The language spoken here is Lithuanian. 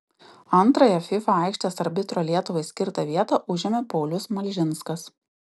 antrąją fifa aikštės arbitro lietuvai skirtą vietą užėmė paulius malžinskas